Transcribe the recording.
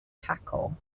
tackle